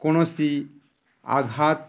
କୌଣସି ଆଘାତ